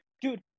dude